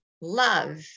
love